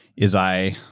is i